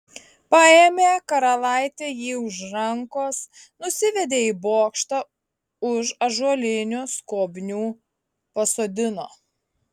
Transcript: paėmė karalaitė jį už rankos nusivedė į bokštą už ąžuolinių skobnių pasodino